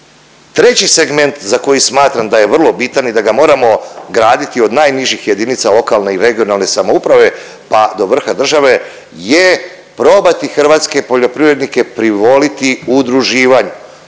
treći segment za koji smatram da je vrlo bitan i da ga moramo graditi od najnižih jedinica lokalne i regionalne samouprave pa do vrha države je probati hrvatske poljoprivrednike privoliti udruživanju.